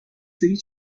سری